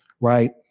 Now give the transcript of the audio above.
right